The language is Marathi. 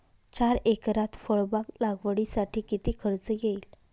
चार एकरात फळबाग लागवडीसाठी किती खर्च येईल?